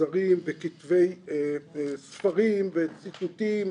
ספרים וציטוטים,